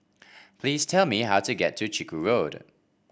please tell me how to get to Chiku Road